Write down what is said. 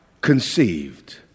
conceived